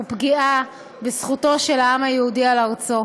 היא פגיעה בזכותו של העם היהודי על ארצו.